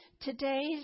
today's